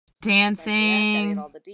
dancing